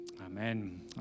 Amen